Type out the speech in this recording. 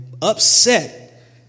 upset